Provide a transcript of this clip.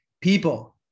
People